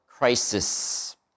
crisis